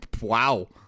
Wow